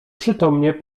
przytomnie